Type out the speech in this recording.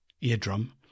eardrum